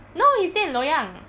no he stay in loyang